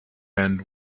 end